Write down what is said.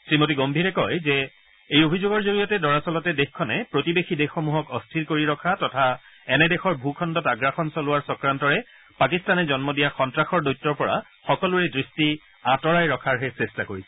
শ্ৰীমতী গম্ভীৰে কয় যে এই অভিযোগৰ জৰিয়তে দৰাচলেত দেশখনে প্ৰতিবেশী দেশসমূহক অস্থিৰ কৰি ৰখা তথা এনে দেশৰ ভূখণ্ডত আগ্ৰাসন চলোৱাৰ চক্ৰান্তৰে পাকিস্তানে জন্ম দিয়া সন্তাসৰ দৈত্যৰ পৰা সকলোৰে দৃষ্টি আঁতৰাই ৰখাৰহে চেষ্টা কৰিছে